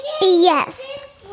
Yes